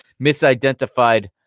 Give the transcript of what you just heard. misidentified